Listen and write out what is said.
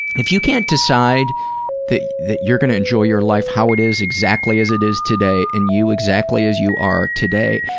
if you can't decide that you're going to enjoy your life how it is exactly as it is today, and you exactly as you are today,